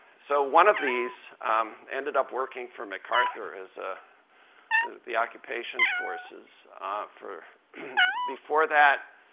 so one of these ended up working for macarthur as a the occupation forces for before that,